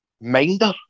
minder